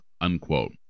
unquote